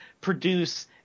produce